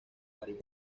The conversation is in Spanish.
varían